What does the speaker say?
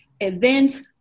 events